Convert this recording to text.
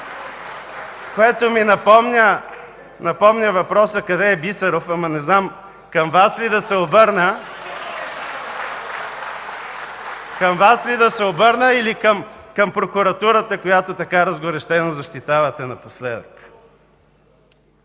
което ми напомня въпроса: „Къде е Бисеров?”, но не знам към Вас ли да се обърна, или към прокуратурата, която така разгорещено защитавате напоследък?